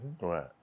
Right